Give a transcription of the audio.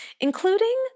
including